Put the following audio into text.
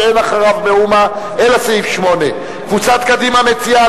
שאין אחריו מאומה אלא סעיף 8. קבוצת קדימה מציעה,